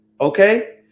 Okay